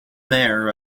mayor